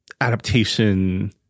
adaptation